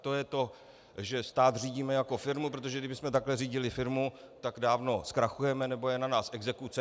To je to, že stát řídíme jako firmu, protože kdybychom takhle řídili firmu, tak dávno zkrachujeme nebo je na nás exekuce.